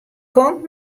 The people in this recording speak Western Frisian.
kant